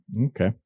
Okay